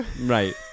right